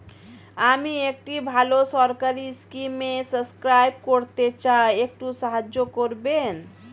আমি একটি ভালো সরকারি স্কিমে সাব্সক্রাইব করতে চাই, একটু সাহায্য করবেন?